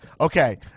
Okay